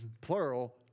plural